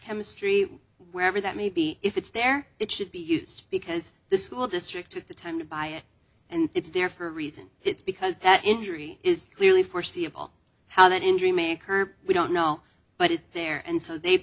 chemistry wherever that may be if it's there it should be used because the school district took the time to buy it and it's there for a reason it's because that injury is clearly foreseeable how that injury may occur we don't know but it's there and so they